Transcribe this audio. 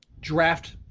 draft